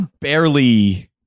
barely